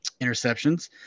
interceptions